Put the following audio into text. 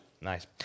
Nice